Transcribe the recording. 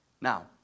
Now